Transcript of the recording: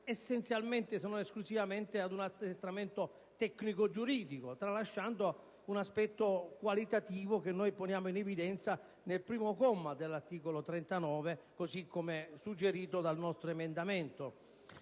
essenzialmente, se non esclusivamente, ad un addestramento tecnico e giuridico, tralasciando un aspetto qualitativo che noi poniamo in evidenza nel comma 1 dell'articolo 39 proposto nel nostro emendamento.